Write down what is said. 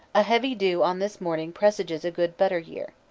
a heavy dew on this morning presages a good butter-year.